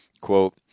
Quote